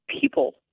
people